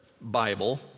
Bible